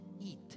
eat